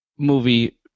movie